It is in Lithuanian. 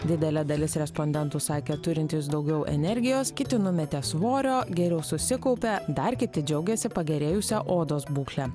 didelė dalis respondentų sakė turintys daugiau energijos kiti numetė svorio geriau susikaupia dar kiti džiaugiasi pagerėjusia odos būkle